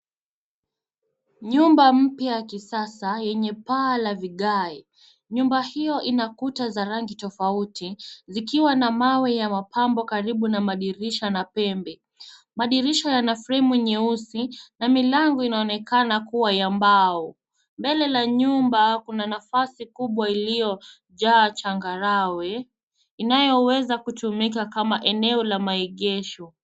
Nyumba mpya ya kisasa yenye paa ya vigae. Nyumba hiyo ina kuta za rangi tofauti zikiwa na mawe ya mapambo karibu na madirisha na pembe. Madirisha yana fremu nyeusi na milango inaonekana kuwa ya mbao. Mbele la nyumba kuna nafasi kubwa iliyojaa changarawe inayoweza kutumika kama eneo la maegesho.